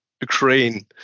Ukraine